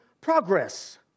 progress